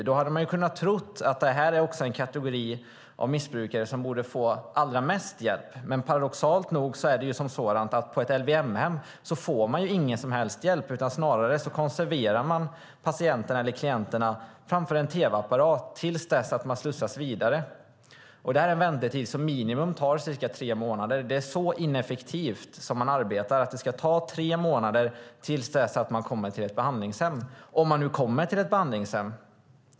Därför hade man kunnat tro att det är en kategori missbrukare som borde få allra mest hjälp, men paradoxalt nog får man på ett LVM-hem ingen som helst hjälp. Snarare konserveras patienterna, eller klienterna, framför en tv-apparat tills de slussas vidare. Den väntetiden är minimum tre månader. De arbetar så ineffektivt att det tar tre månader tills man kommer till ett behandlingshem - om man kommer till ett behandlingshem.